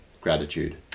gratitude